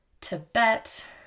Tibet